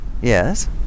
Yes